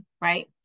right